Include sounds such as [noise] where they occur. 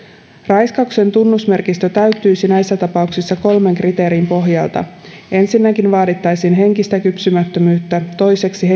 raiskauksen tunnusmerkistö täyttyisi näissä tapauksissa kolmen kriteerin pohjalta ensinnäkin vaadittaisiin henkistä kypsymättömyyttä toiseksi [unintelligible]